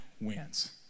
wins